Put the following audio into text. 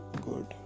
good